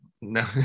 no